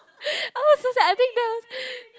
I was so sad I think that was